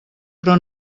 però